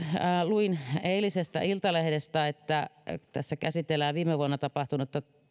luin eilisestä iltalehdestä että käsitellään viime vuonna tapahtunutta